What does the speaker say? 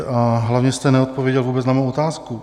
A hlavně jste neodpověděl vůbec na mou otázku.